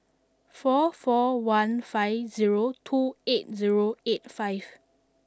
four four one five zero two eight zero eight five